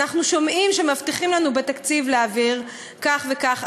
אנחנו שומעים שמבטיחים לנו בתקציב להעביר כך וכך,